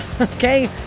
Okay